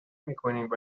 میکنیم